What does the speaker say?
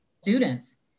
students